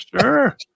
Sure